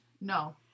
No